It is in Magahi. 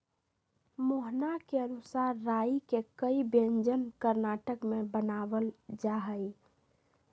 मोहना के अनुसार राई के कई व्यंजन कर्नाटक में बनावल जाहई